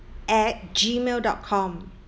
at gmail dot com